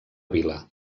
vila